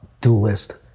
Duelist